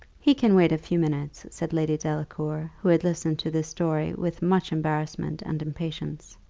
he can wait a few minutes, said lady delacour, who had listened to this story with much embarrassment and impatience.